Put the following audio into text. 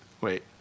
Wait